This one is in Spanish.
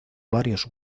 varios